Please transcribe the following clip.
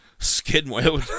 Skidmore